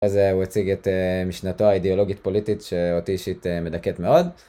אז הוא הציג את משנתו האידיאולוגית פוליטית שאותי אישית מדכאת מאוד.